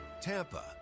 TAMPA